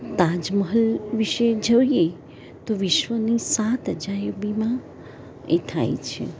તાજમહલ વિશે જોઇએ વિશ્વની સાત અજાયબીમાં એ થાય છે